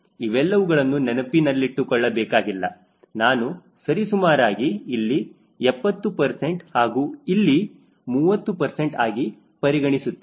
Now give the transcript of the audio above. ಇವೆಲ್ಲವುಗಳನ್ನು ನೆನಪಿಟ್ಟುಕೊಳ್ಳಬೇಕಾಗಿಲ್ಲ ನಾನು ಸರಿಸುಮಾರಾಗಿ ಇಲ್ಲಿ 70 ಹಾಗೂ ಇಲ್ಲಿ 30 ಆಗಿ ಪರಿಗಣಿಸುತ್ತೇನೆ